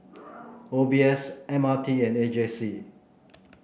O B S M R T and A J C